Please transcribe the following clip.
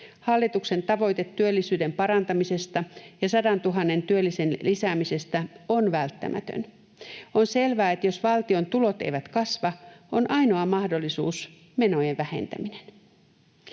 Hallituksen tavoite työllisyyden parantamisesta ja 100 000:n työllisen lisäämisestä on välttämätön. On selvää, että jos valtion tulot eivät kasva, on ainoa mahdollisuus menojen vähentäminen.